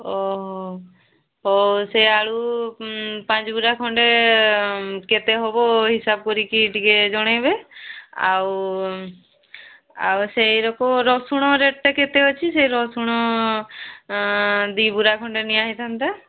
ଓହୋ ସେ ଆଳୁ ପାଞ୍ଚଗୁରା ଖଣ୍ଡେ କେତେ ହବ ହିସାବ କରିକି ଟିକେ ଜଣାଇବେ ଆଉ ସେରାକୁ ରସୁଣ ରେଟ୍ଟା କେତେ ଅଛି ସେ ରସୁଣ ଦୁଇ ଗୁରା ଖଣ୍ଡେ ନିଆ ହୋଇଥାନ୍ତା